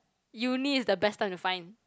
uni is the best time to find